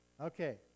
Okay